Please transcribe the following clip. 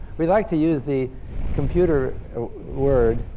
we like to use the computer word,